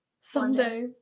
Someday